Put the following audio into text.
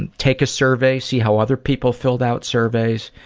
and take a survey, see how other people filled out surveys.